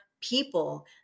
people